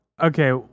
Okay